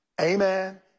amen